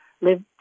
live